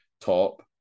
top